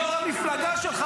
יו"ר המפלגה שלך,